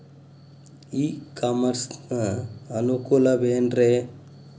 E commerce ನ ಅನುಕೂಲವೇನ್ರೇ?